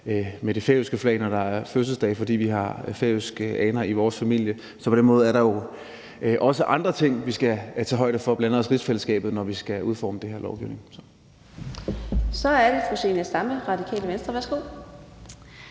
med det færøske flag, når der er fødselsdag, fordi vi har færøske aner i min familie. Så på den måde er der også andre ting, vi skal tage højde for, bl.a. rigsfællesskabet, når vi skal udforme den her lovgivning. Kl. 10:13 Fjerde næstformand